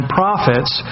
prophets